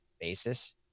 basis